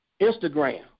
Instagram